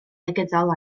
negyddol